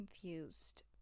confused